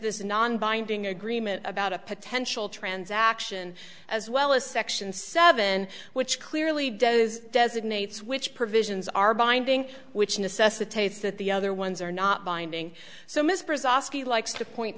this non binding agreement about a potential transaction as well as section seven which clearly does designates which provisions are binding which necessitates that the other ones are not binding so mr zazi likes to point